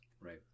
right